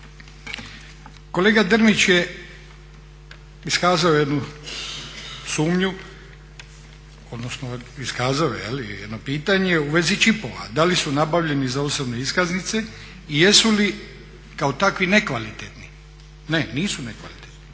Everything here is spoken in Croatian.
Kolega Drmić je iskazao jednu sumnju, odnosno iskazao je jedno pitanje u vezi čipova, da li su nabavljeni za osobne iskaznice i jesu li kao takvi nekvalitetni. Ne, nisu nekvalitetni.